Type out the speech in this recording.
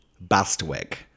Bastwick